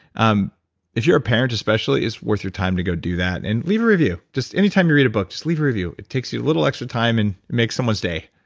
um if you're a parent especially, it's worth your time to go do that. and leave a review. just any time you read a book, just leave a review. it takes you a little extra time and makes someone's day.